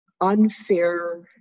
unfair